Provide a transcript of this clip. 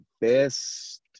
best